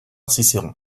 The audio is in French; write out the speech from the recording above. cicéron